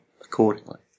accordingly